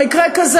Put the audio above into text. במקרה כזה,